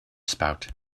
spout